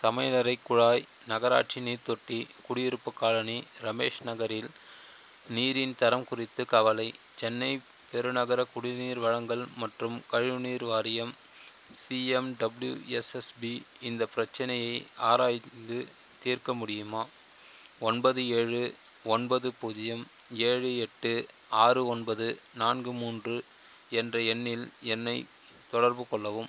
சமையலறை குழாய் நகராட்சி நீர் தொட்டி குடியிருப்பு காலனி ரமேஷ் நகரில் நீரின் தரம் குறித்து கவலை சென்னை பெருநகர குடிநீர் வழங்கல் மற்றும் கழிவுநீர் வாரியம் சிஎம்டபிள்யு எஸ்எஸ்பி இந்த பிரச்சனையை ஆராய்ந்து தீர்க்க முடியுமா ஒன்பது ஏழு ஒன்பது பூஜ்யம் ஏழு எட்டு ஆறு ஒன்பது நான்கு மூன்று என்ற எண்ணில் என்னை தொடர்பு கொள்ளவும்